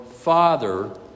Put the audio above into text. father